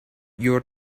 your